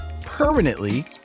permanently